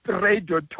radio